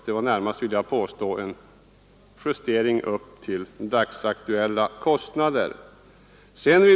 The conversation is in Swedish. Det var närmast, vill jag påstå, en justering upp till dagens kostnadsläge.